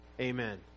Amen